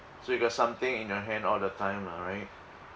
so you got something in your hand all the time lah right